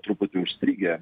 truputį užstrigę